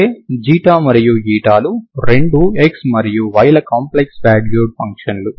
అయితే ξ మరియు η లు రెండూ x మరియు y ల కాంప్లెక్స్ వాల్యూడ్ ఫంక్షన్లు